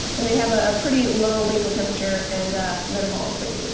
and they have a ah pretty low basal temperature and metabolic rate.